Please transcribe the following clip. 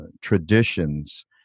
traditions